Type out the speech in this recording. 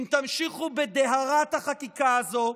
אם תמשיכו בדהרת החקיקה הזו,